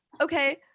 okay